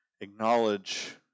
acknowledge